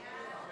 בעד יואב